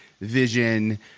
vision